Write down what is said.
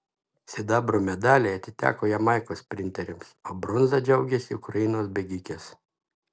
sidabro medaliai atiteko jamaikos sprinterėms o bronza džiaugėsi ukrainos bėgikės